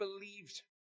believed